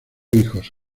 hijos